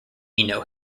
eno